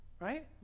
right